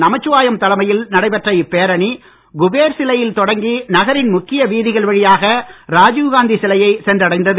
நமச்சிவாயம் தலைமையில் நடைபெற்ற இப்பேரணி குபேர் சிலை யில் தொடங்கி நகரின் முக்கிய வீதிகள் வழியாக ராஜீவ் காந்தி சிலை யை சென்று அடைந்தது